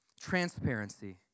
transparency